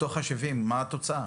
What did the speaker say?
מתוך ה-70, מה התוצאה?